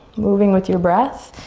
moving with your breath.